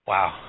Wow